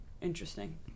Interesting